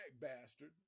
bastard